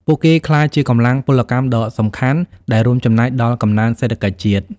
ពួកគេក្លាយជាកម្លាំងពលកម្មដ៏សំខាន់ដែលរួមចំណែកដល់កំណើនសេដ្ឋកិច្ចជាតិ។